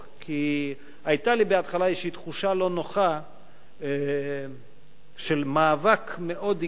כי היתה לי בהתחלה איזושהי תחושה לא נוחה של מאבק מאוד עיקש,